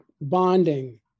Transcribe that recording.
bonding